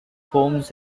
forms